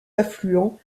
affluent